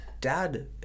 dad